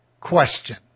question